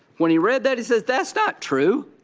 when he read that, he said that's not true.